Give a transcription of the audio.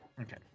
Okay